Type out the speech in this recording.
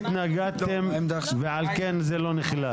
כלומר, לא שהתנגדתם ולכן זה לא נכלל.